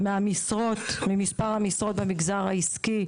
ממספר המשרות במגזר העסקי,